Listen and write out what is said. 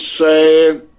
say